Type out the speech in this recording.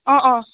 অঁ অঁ